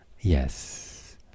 Yes